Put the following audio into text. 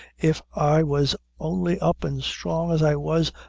if i was only up and strong as i was,